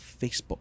Facebook